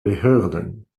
behörden